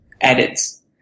edits